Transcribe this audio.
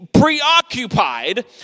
preoccupied